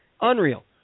Unreal